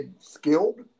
skilled